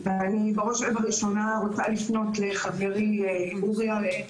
ואני בראש ובראשונה רוצה לפנות לחברי רועי הראל.